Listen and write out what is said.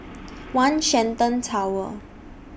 one Shenton Tower